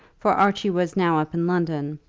for archie was now up in london,